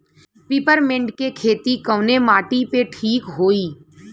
Peppermint के खेती कवने माटी पे ठीक होई?